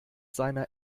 seiner